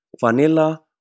vanilla